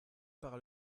par